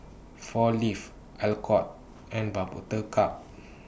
four Leaves Alcott and Buttercup